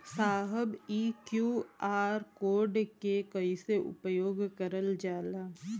साहब इ QR code के कइसे उपयोग करल जाला?